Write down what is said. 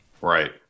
Right